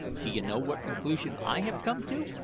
do you know what conclusion i have come to?